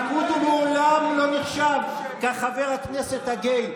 בליכוד הוא מעולם לא נחשב כחבר הכנסת הגיי.